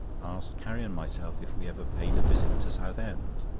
asked carrie and myself if we ever paid a visit to southend?